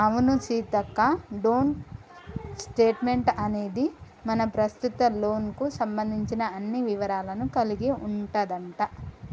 అవును Seethakka don't statement అనేది మన ప్రస్తుత లోన్ కు సంబంధించిన అన్ని వివరాలను కలిగి ఉంటదంట